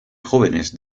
jóvenes